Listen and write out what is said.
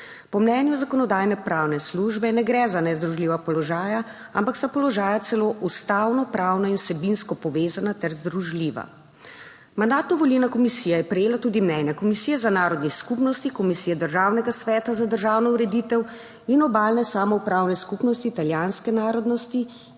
Po mnenju Zakonodajno-pravne službe ne gre za nezdružljiva položaja, ampak sta položaja celo ustavnopravno in vsebinsko povezana ter združljiva. Mandatno-volilna komisija je prejela tudi mnenje Komisije za narodne skupnosti, Komisije Državnega sveta za državno ureditev in Obalne samoupravne skupnosti italijanske narodnosti,